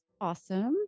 awesome